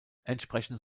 entsprechend